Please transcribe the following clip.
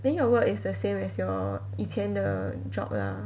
then your work is the same as your 以前的 job lah